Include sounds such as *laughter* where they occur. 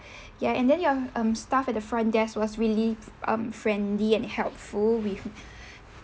*breath* ya and then your um staff at the front desk was really um friendly and helpful with *breath*